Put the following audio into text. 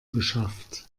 geschafft